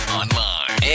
online